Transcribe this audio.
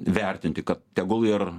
vertinti kad tegul ir